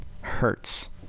Hurts